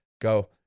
go